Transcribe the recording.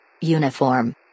Uniform